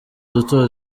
duto